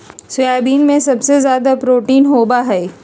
soybean में सबसे ज़्यादा प्रोटीन होबा हइ